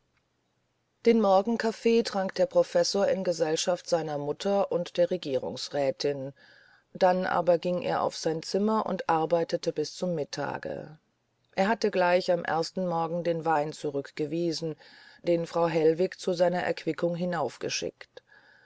den morgenkaffee trank der professor in gesellschaft seiner mutter und der regierungsrätin dann aber ging er auf sein zimmer und arbeitete bis zum mittage er hatte gleich am ersten morgen den wein zurückgewiesen den frau hellwig zu seiner